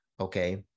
Okay